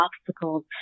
obstacles